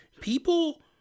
people